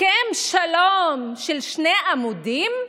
הסכם שלום של שני עמודים?